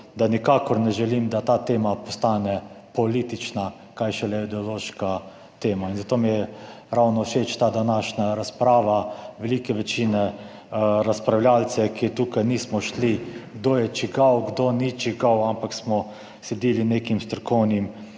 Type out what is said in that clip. nikakor ne želim, da ta tema postane politična, kaj šele ideološka tema. Zato mi je ravno všeč ta današnja razprava velike večine razpravljavcev, ki so tukaj, nismo šli, kdo je čigav kdo ni čigav, ampak smo sledili nekim strokovnim